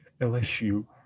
LSU